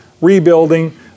rebuilding